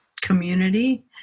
community